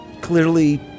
clearly